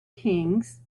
kings